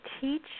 teach